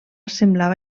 semblava